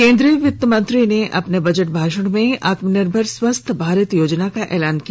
केन्द्रीय वित्त मंत्री ने अपने बजट भाषण में आत्मनिर्भर स्वस्थ भारत योजना का ऐलान किया